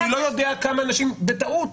אני לא יודע כמה אנשים בטעות,